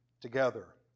together